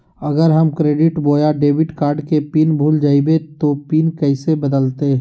अगर हम क्रेडिट बोया डेबिट कॉर्ड के पिन भूल जइबे तो पिन कैसे बदलते?